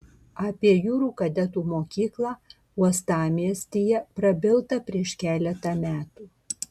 apie jūrų kadetų mokyklą uostamiestyje prabilta prieš keletą metų